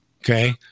Okay